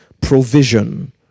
provision